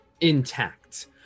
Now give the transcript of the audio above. intact